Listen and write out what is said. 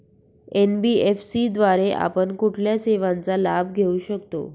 NBFC द्वारे आपण कुठल्या सेवांचा लाभ घेऊ शकतो?